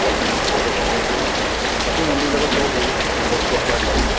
তিনি দিন মানত হৈ যাব আৰু বাকী মন্দিৰ বিলাকো চাব পাৰিব নৱগ্ৰহৰ পৰা আদি কৰি